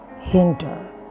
hinder